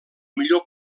millor